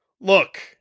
look